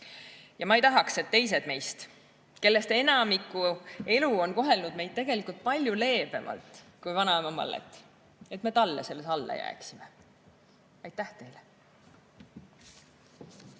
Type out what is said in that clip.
Ma ei tahaks, et teised meist, kellest enamikku on elu kohelnud tegelikult palju leebemalt kui vanaema Mallet, talle selles alla jääksime. Aitäh teile!